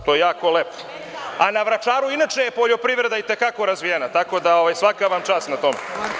To je jako lepo, a na Vračaru je poljoprivreda i te kako razvijena, tako da vam svaka čast na tome.